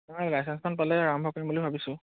অঁ লাইচেঞ্চখন পালে আৰম্ভ কৰিম বুলি ভাবিছোঁ